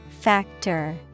Factor